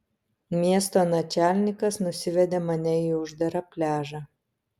miesto načalnikas nusivedė mane į uždarą pliažą